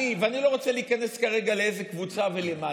ואני לא רוצה להיכנס כרגע לאיזו קבוצה ולמה,